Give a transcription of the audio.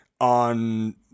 on